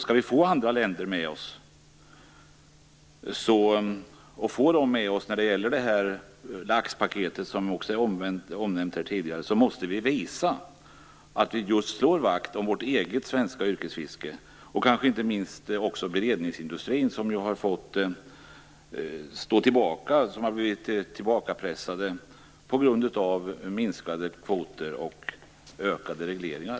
Skall vi få andra länder med oss när det gäller det laxpaket som nämnts här tidigare måste vi visa att vi slår vakt om vårt eget svenska yrkesfiske och kanske inte minst också om beredningsindustrin, som har blivit tillbakapressad av minskade kvoter och ökade regleringar.